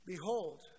Behold